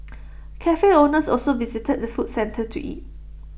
Cafe owners also visit the food centre to eat